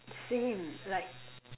same like